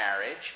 marriage